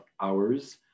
hours